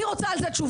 אני רוצה על זה תשובה.